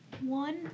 One